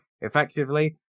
effectively